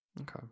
Okay